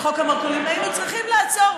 את חוק המרכולים היינו צריכים לעצור.